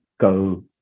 go